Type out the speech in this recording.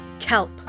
Kelp